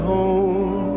home